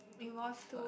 it was what